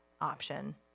option